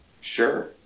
Sure